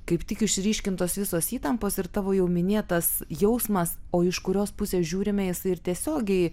kaip tik išryškintos visos įtampos ir tavo jau minėtas jausmas o iš kurios pusės žiūrime jisai ir tiesiogiai